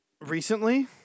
Recently